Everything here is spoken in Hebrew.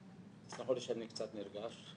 תסלחו לי שאני קצת נרגש,